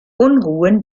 unruhen